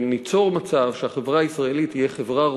וניצור מצב שהחברה הישראלית תהיה חברה ראויה,